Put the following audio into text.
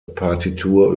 partitur